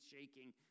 shaking